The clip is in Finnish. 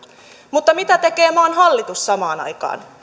mutta mitä tekee maan hallitus samaan aikaan